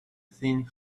thing